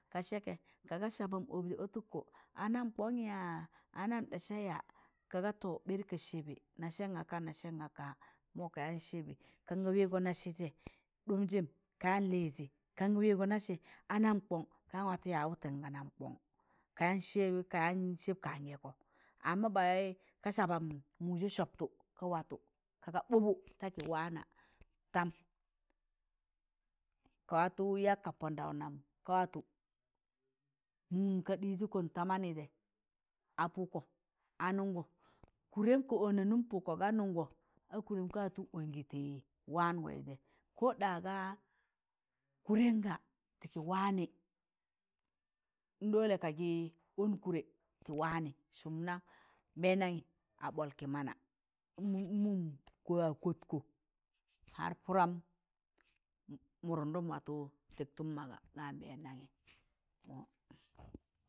Ka sẹkẹ kaaga sabam ọbzẹ ọtụkọ anam kọn yaa, anam ɗasa yaa, kaaga to ɓari ka sẹbẹ nasẹn gaka nasẹn gaka mọ kayan sẹbị kanga wẹgọ nasịzẹ dụmjị kayan lịịzị kanga wẹgọ nasẹ anam kọn kayan watọ yaịz wụtẹn ka nam kọn ka yaan sẹb kayaan sẹb kaan gẹkọ amma ba wai ka sabam mụjẹ sọbtọ ka watọ kaga ɓụụbụ ta kị wana tam, ka watọ yag ka pọndọw nam ka watọ mụm ka ɗịị jịkọn ta maanịjẹ a pụkọ a nụngọ kụdẹm ka ọna nụm pụkọ ga nụngọ a kụdẹm ka watọ ọngị tị wangọị jẹẹ ko ɗa ga kụdẹn ga tị kị wanị n ɗole kagị ọn kụdẹ tị wanị sụm naan nbẹndanyị a ɓọl kị mana n'mụụm wa kọt kọ har pụram mụdundụm watọ tịktụn maga ga nbẹndanyi, mọ